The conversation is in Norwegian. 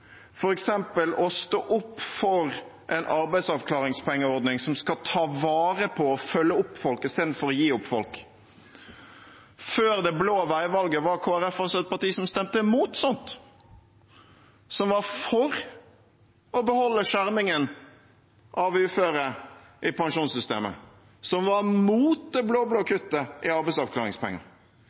å stå opp for en arbeidsavklaringspengeordning som skal ta vare på og følge opp folk, istedenfor å gi opp folk. Før det blå veivalget var Kristelig Folkeparti også et parti som stemte imot sånt, som var for å beholde skjermingen av uføre i pensjonssystemet, som var imot det blå-blå kuttet i arbeidsavklaringspenger.